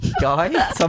guy